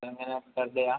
എങ്ങനെ പെർഡേയാ